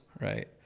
right